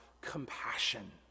compassion